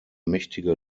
mächtige